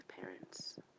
parents